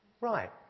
right